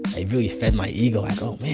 it really fed my ego. i go,